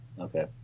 Okay